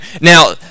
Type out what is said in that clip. now